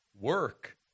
work